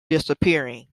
disappearing